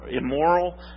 immoral